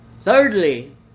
Thirdly